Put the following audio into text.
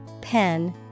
pen